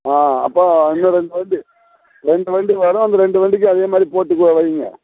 ஆ அப்போ இன்னும் ரெண்டு வருது ரெண்டு வண்டி வரும் அந்த ரெண்டு வண்டிக்கும் அதே மாதிரி போட்டு கோ வைங்க